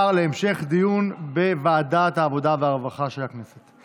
להמשך דיון לוועדת העבודה והרווחה של הכנסת.